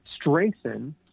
strengthen